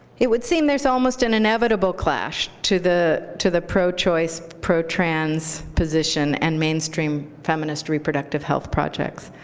it would seem there's almost an inevitable clash to the to the pro-choice, pro-trans position and mainstream feminist reproductive health projects.